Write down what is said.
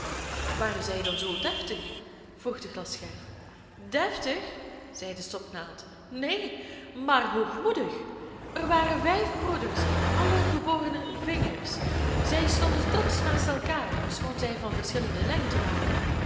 waren zij dan zoo deftig vroeg de glasscherf deftig zei de stopnaald neen maar hoogmoedig er waren vijf broeders allen geborene vingers zij stonden trotsch naast elkaar ofschoon zij van verschillende lengte waren